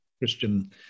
Christian